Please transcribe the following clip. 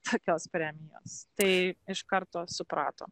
tokios premijos tai iš karto suprato